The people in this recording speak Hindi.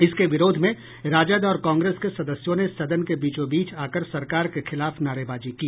इसके विरोध में राजद और कांग्रेस के सदस्यों ने सदन के बीचों बीच आकर सरकार के खिलाफ नारेबाजी की